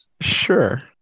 Sure